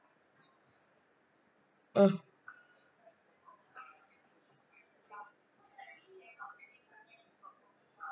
mm